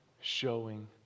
showing